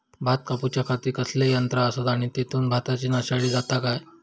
भात कापूच्या खाती कसले यांत्रा आसत आणि तेतुत भाताची नाशादी जाता काय?